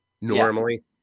normally